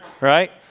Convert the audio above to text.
right